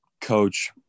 Coach